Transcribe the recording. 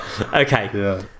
okay